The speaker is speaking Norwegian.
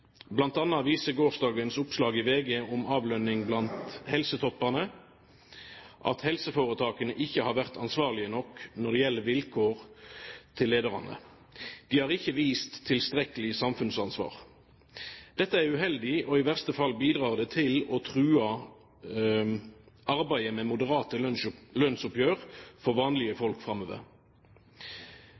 viser gårsdagens oppslag i VG om avlønning blant helsetoppene at helseforetakene ikke har vært ansvarlige nok når det gjelder vilkår til lederne. De har ikke vist tilstrekkelig samfunnsansvar. Dette er uheldig, og i verste fall bidrar det til å true arbeidet med moderate lønnsoppgjør for vanlige folk framover.